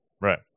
Right